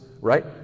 right